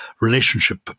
relationship